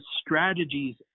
strategies